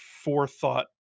forethought